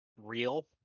Real